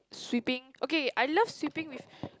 sweeping okay I love sweeping with